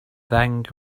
ddeng